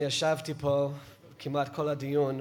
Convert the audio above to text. אני ישבתי פה כמעט כל הדיון,